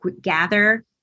gather